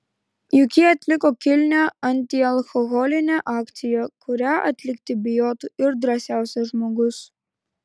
juk jie atliko kilnią antialkoholinę akciją kurią atlikti bijotų ir drąsiausias žmogus